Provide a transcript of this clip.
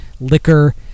liquor